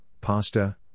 pasta